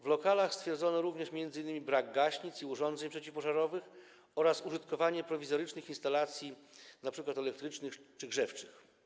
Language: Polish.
W lokalach stwierdzono również m.in. brak gaśnic i urządzeń przeciwpożarowych oraz użytkowanie prowizorycznych instalacji np. elektrycznych czy grzewczych.